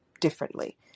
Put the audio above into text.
differently